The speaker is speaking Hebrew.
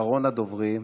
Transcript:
אחרון הדוברים,